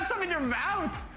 some i mean your mouth.